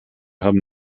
haben